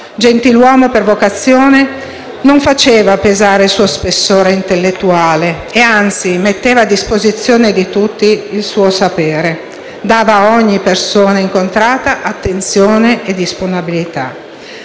Gentiluomo per vocazione, non faceva pesare suo spessore intellettuale e, anzi, metteva a disposizione di tutti il suo sapere, dava ad ogni persona incontrata attenzione e disponibilità.